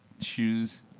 shoes